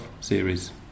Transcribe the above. series